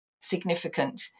significant